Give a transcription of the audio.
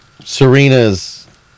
Serena's